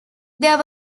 there